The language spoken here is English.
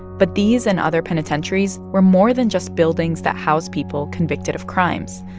but these and other penitentiaries were more than just buildings that house people convicted of crimes.